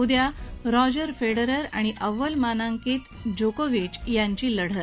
उद्या Roger Federer आणि अव्वल मानांकित नोवाक जोकोविच यांची लढत